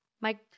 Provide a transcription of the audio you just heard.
Mike